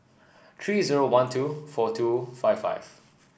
three zero one two four two five five